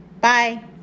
Bye